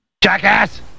Jackass